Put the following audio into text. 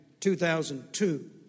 2002